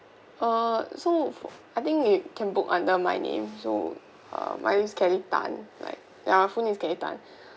uh so fo~ I think you can book under my name so uh my name is kelly tan like ya full name is kelly tan